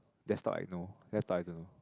desktop I know laptop I don't know